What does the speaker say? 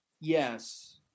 Yes